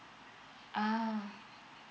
ah